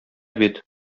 бит